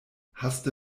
haste